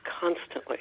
constantly